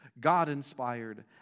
God-inspired